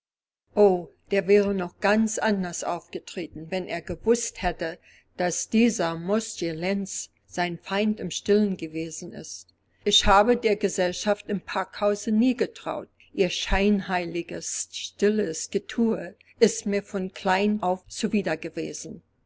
o der wäre noch ganz anders aufgetreten wenn er gewußt hätte daß dieser mosje lenz sein feind im stillen gewesen ist ich habe der gesellschaft im packhause nie getraut ihr scheinheiliges stilles gethue ist mir von klein auf zuwider gewesen